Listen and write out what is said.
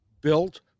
built